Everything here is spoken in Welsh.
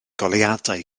goleuadau